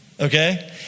okay